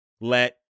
Let